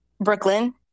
Brooklyn